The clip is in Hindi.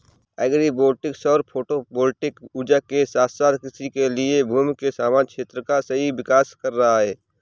एग्री वोल्टिक सौर फोटोवोल्टिक ऊर्जा के साथ साथ कृषि के लिए भूमि के समान क्षेत्र का सह विकास कर रहा है